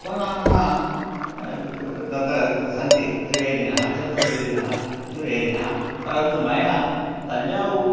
उपनाम्ना तत्र सन्ति त्रिवेदिनः चतुर्वेदिनः द्विवेदिनः परन्तु मया तञ्जाऊर्